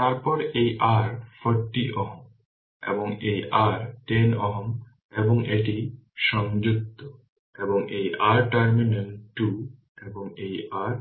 তারপর এই r 40 Ω এবং এই r 10 Ω এবং এটি সংযুক্ত এবং এই r টার্মিনাল 2 এবং এই r